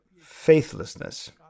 faithlessness